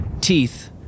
Teeth